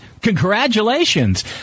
Congratulations